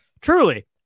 truly